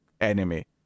enemy